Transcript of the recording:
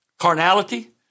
Carnality